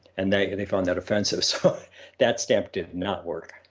and they they found that offensive. so that stamp did not work